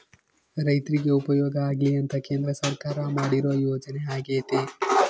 ರೈರ್ತಿಗೆ ಉಪಯೋಗ ಆಗ್ಲಿ ಅಂತ ಕೇಂದ್ರ ಸರ್ಕಾರ ಮಾಡಿರೊ ಯೋಜನೆ ಅಗ್ಯತೆ